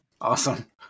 Awesome